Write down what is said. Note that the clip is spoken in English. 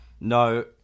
No